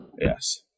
Yes